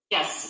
Yes